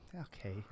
Okay